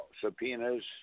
Subpoenas